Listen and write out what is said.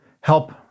help